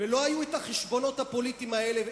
ולא היו החשבונות הפוליטיים האלה,